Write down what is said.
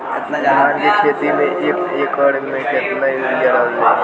धान के खेती में एक एकड़ में केतना यूरिया डालल जाई?